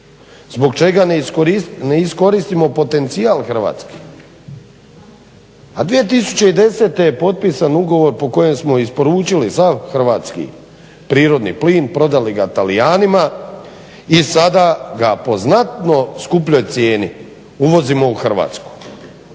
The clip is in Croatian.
zbog čega ne iskoristimo potencijal Hrvatske a 2010. Je potpisan ugovor po kojem smo isporučili sav hrvatski prirodni plin, prodali ga talijanima i sad ga po znatno skupljoj cijeni uvozimo u Hrvatsku.